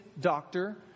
doctor